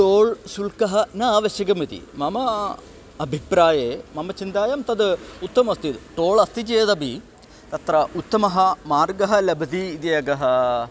toll शुल्कं न आवश्यकम् इति मम अभिप्राये मम चिन्तायां तद् उत्तममस्ति टोळ् अस्ति चेदपि तत्र उत्तमः मार्गः लभति इति एकम्